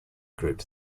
grouped